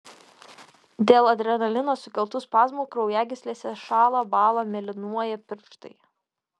dėl adrenalino sukeltų spazmų kraujagyslėse šąla bąla mėlynuoja pirštai